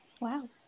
Wow